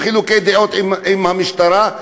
בחילוקי דעות כלשהם עם המשטרה,